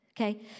Okay